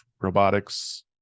robotics